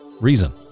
Reason